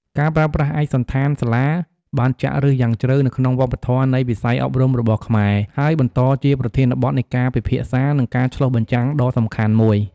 ការប្រើប្រាស់ឯកសណ្ឋានសាលាបានចាក់ឫសយ៉ាងជ្រៅនៅក្នុងវប្បធម៌នៃវិស័យអប់រំរបស់ខ្មែរ ហើយបន្តជាប្រធានបទនៃការពិភាក្សា និងការឆ្លុះបញ្ចាំងដ៏សំខាន់មួយ។